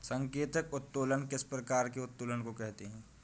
सांकेतिक उत्तोलन किस प्रकार के उत्तोलन को कहते हैं?